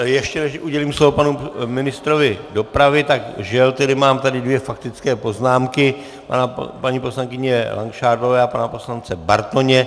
Ještě než udělím slovo panu ministru dopravy, tak žel tedy mám dvě faktické poznámky paní poslankyně Langšádlové a pana poslance Bartoně.